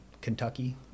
Kentucky